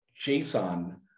JSON